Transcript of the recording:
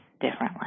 differently